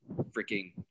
freaking